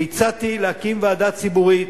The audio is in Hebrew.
אני הצעתי להקים ועדה ציבורית,